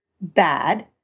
bad